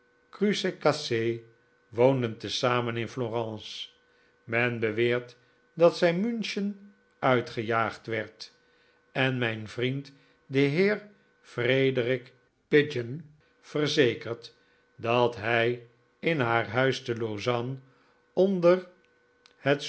cruchecassee woonden te zamen in florence men beweert dat zij munchen uitgejaagd werd en mijn vriend de heer frederic pigeon verzekert dat hij in haar huis te lausanne onder het